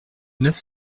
neuf